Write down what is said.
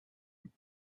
luke